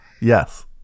Yes